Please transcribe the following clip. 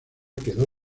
quedó